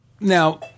Now